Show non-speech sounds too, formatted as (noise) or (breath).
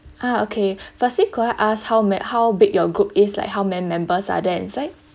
ah okay (breath) firstly could I ask how ma~ how big your group is like how many members are there inside